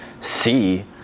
see